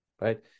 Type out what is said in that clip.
right